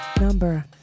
number